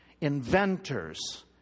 inventors